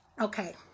Okay